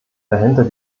dahinter